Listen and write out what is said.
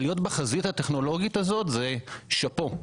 אבל להיות בחזית הטכנולוגית הזו שאפו.